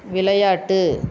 விளையாட்டு